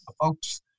folks